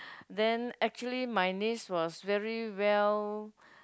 then actually my niece was very well